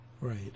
Right